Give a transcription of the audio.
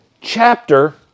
chapter